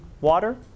water